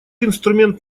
инструмент